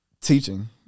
teaching